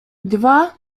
dwa